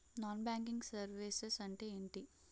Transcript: Non banking services అంటే ఎంటి?